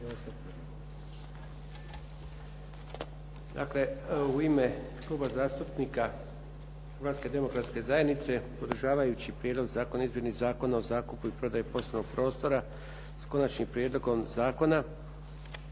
Dakle, u ime Kluba zastupnika Hrvatske demokratske zajednice podržavajući Prijedlog zakona o izmjeni Zakona o zakupu i prodaji poslovnog prostora s Konačnim prijedlogom zakona